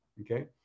okay